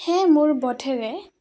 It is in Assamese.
সেয়ে মোৰ বোধেৰে